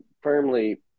firmly